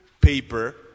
paper